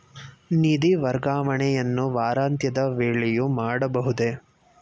ನಿಧಿ ವರ್ಗಾವಣೆಯನ್ನು ವಾರಾಂತ್ಯದ ವೇಳೆಯೂ ಮಾಡಬಹುದೇ?